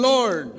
Lord